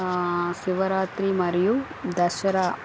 శివరాత్రి మరియు దసరా